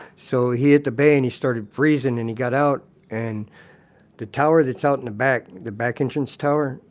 so he hit the bay and he started freezing and he got out and the tower that's out in the back, the back entrance tower,